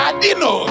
Adino